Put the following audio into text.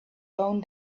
own